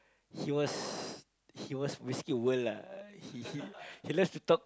he was he was basically world lah he he likes to talk